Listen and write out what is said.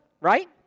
right